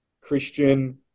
Christian